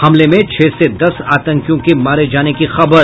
हमले में छह से दस आतंकियों के मारे जाने की खबर